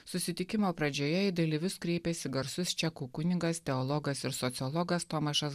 susitikimo pradžioje į dalyvius kreipėsi garsus čekų kunigas teologas ir sociologas tomašas